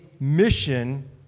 mission